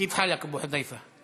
כיפ חאלכ, אבו חוד'יפה?